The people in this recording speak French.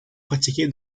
pratiqué